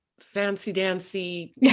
Fancy-dancy